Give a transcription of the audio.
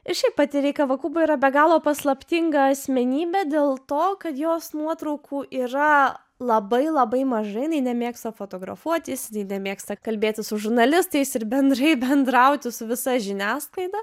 ir šiaip pati rei kavakubo yra be galo paslaptinga asmenybė dėl to kad jos nuotraukų yra labai labai mažai jinai nemėgsta fotografuotis nemėgsta kalbėti su žurnalistais ir bendrai bendrauti su visa žiniasklaida